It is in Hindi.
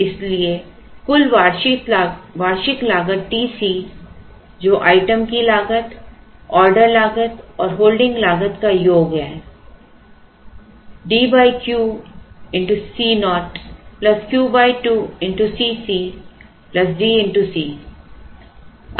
इसलिए कुल वार्षिक लागत TC जो आइटम की लागत ऑर्डर लागत और होल्डिंग लागत का योग है D Q Co Q2 C c D C